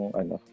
ano